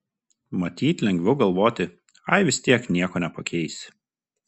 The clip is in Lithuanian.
matyt lengviau galvoti ai vis tiek nieko nepakeisi